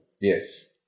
Yes